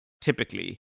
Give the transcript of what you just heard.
typically